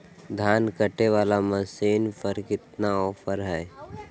धान कटे बाला मसीन पर कितना ऑफर हाय?